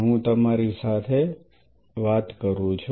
હું તમારી સાથે વાત કરું છું